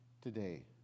today